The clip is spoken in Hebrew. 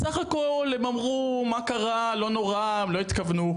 אז סך הכל הם אמרו מה קרה לא נורא הם לא התכוונו,